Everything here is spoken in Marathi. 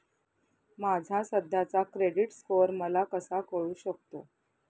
माझा सध्याचा क्रेडिट स्कोअर मला कसा कळू शकतो?